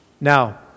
Now